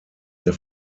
der